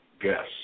guests